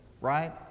right